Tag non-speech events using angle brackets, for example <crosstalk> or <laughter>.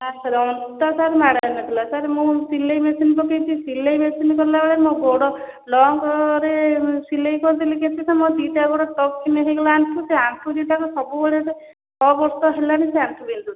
sir ହେଲେ ଅଣ୍ଟା sir ମାଡ଼ ହେଇନଥିଲା ସାର୍ ମୁଁ ସିଲେଇ ମେସିନ୍ ପକେଇଛି ସିଲେଇ ମେସିନ୍ କଲାବେଳେ ମୋ ଗୋଡ଼ ଲଙ୍ଗରେ ମୁଁ ସିଲେଇ କରିଦେଲି କେତେ ସମୟ ଦୁଇଟା <unintelligible> ଗୋଡ଼ ଟଚ୍ କିନା ହେଇଗଲା ଆଣ୍ଠୁ ଆଣ୍ଠୁ ଦୁଇଟା ମୋର ସବୁବେଳେ ସେ ଛଅ ବର୍ଷ ହେଲାଣି ସେ ଆଣ୍ଠୁ ବିନ୍ଧୁଛି